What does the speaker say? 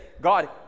God